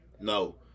No